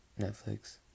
Netflix